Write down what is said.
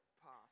past